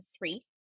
three